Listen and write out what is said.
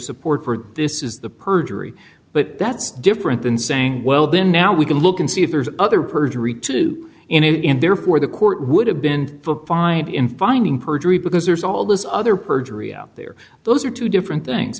support for this is the perjury but that's different than saying well then now we can look and see if there's other perjury too in there for the court would have been put behind in finding perjury because there's all this other perjury out there those are two different things